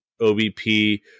OBP